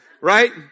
Right